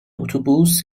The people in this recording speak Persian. اتوبوس